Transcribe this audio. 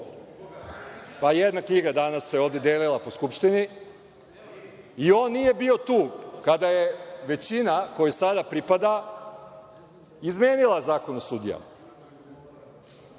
Pa, jedna knjiga. Danas se ovde delila po Skupštini. I on nije bio tu kada je većina koja sada pripada, izmenila Zakon o sudijama.